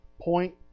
point